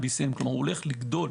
כלומר הוא הולך לגדול.